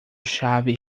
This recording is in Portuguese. chave